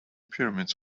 pyramids